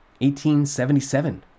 1877